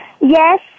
Yes